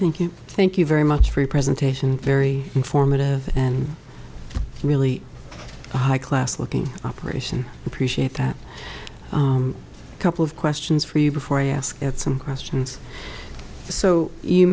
thank you thank you very much for a presentation very informative and really high class looking operation appreciate that couple of questions for you before i ask some questions so